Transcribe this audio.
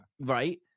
right